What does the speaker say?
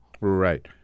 Right